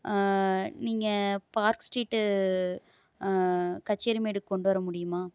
நீங்கள் park street கச்சேரிமேடுக்கு கொண்டு வர முடியுமா